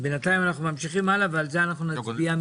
בינתיים אנחנו ממשיכים הלאה ועל זה אנחנו נצביע מיד.